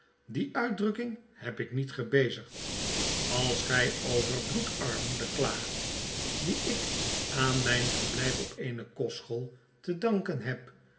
die uitdrukking heb ik niet gebezigd als gij over bloedarmoede klaagt die ik aan myn verblyf op eene kostschool te danken heb